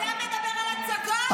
אתה מדבר על הצגות?